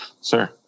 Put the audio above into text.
sir